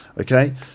okay